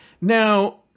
now